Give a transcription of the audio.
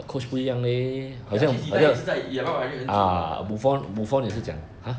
you see okay actually 也是在 uva 很久了